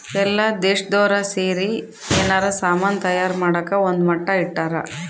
ಎಲ್ಲ ದೇಶ್ದೊರ್ ಸೇರಿ ಯೆನಾರ ಸಾಮನ್ ತಯಾರ್ ಮಾಡಕ ಒಂದ್ ಮಟ್ಟ ಇಟ್ಟರ